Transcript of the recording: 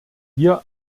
hier